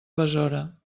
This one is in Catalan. besora